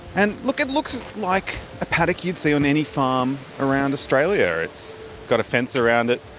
and look, it looks like a paddock you'd see on any farm around australia. it's got a fence around it.